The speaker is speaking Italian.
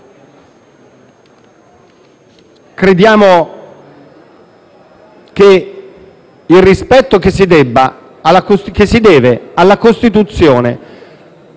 Crediamo che il rispetto che si deve alla Costituzione